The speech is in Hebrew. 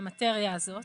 למטריה הזאת.